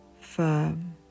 firm